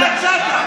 למה יצאת?